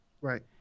right